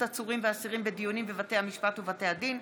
עצורים ואסירים בדיונים בבתי המשפט ובתי הדין),